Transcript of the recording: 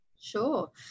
Sure